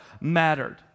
mattered